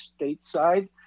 stateside